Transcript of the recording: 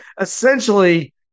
essentially